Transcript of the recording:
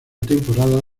temporada